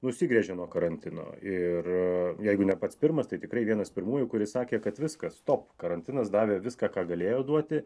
nusigręžė nuo karantino ir jeigu ne pats pirmas tai tikrai vienas pirmųjų kuris sakė kad viskas stop karantinas davė viską ką galėjo duoti